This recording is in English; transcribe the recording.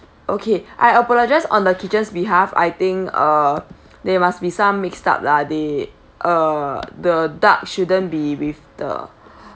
okay I apologise on the kitchen's behalf I think uh there must be some mixed up lah they uh the duck shouldn't be with the